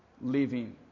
living